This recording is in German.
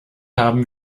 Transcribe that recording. haben